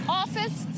office